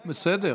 הסתייגות, בסדר.